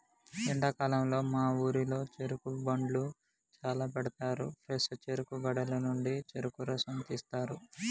ఎండాకాలంలో మా ఊరిలో చెరుకు బండ్లు చాల పెడతారు ఫ్రెష్ చెరుకు గడల నుండి చెరుకు రసం తీస్తారు